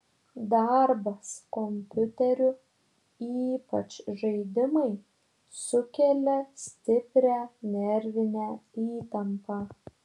darbas kompiuteriu ypač žaidimai sukelia stiprią nervinę įtampą